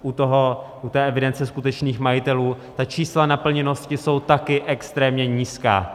U té evidence skutečných majitelů ta čísla naplněnosti jsou taky extrémně nízká.